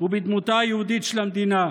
ובדמותה היהודית של המדינה,